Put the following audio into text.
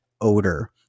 odor